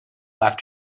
left